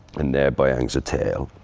and thereby hangs a tale.